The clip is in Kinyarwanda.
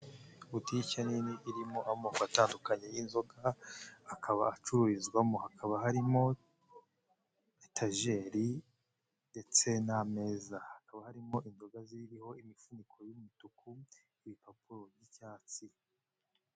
Butike nini irimo amoko atandukanye y'inzoga akaba acururizwamo, hakaba harimo etajeri ndetse n'ameza, hakaba harimo inzoga ziriho imifuniko y'umutuku n'ibipapuro by'icyatsi.